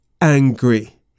angry